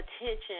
attention